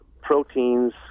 proteins